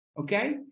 okay